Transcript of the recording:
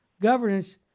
governance